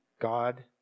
God